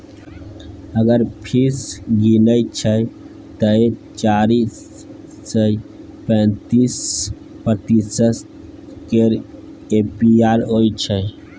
अगर फीस गिनय छै तए चारि सय पैंतीस प्रतिशत केर ए.पी.आर होइ छै